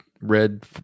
red